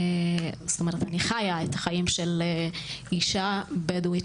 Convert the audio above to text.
זאת אומרת אני חיה את החיים של אישה בדואית,